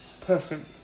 perfect